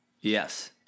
Yes